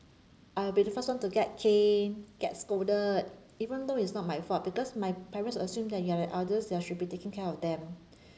I'll be the first one to get cane get scolded even though it's not my fault because my parents assume that you are the elders ya you should be taking care of them